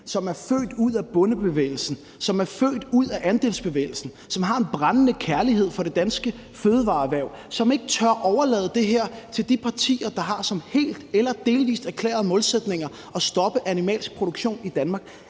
som er født ud af bondebevægelsen, som er født ud af andelsbevægelsen, som har en brændende kærlighed for det danske fødevareerhverv, og som ikke tør overlade det her til de partier, der har det som hele eller delvis erklærede målsætninger at stoppe animalsk produktion i Danmark.